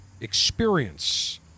experience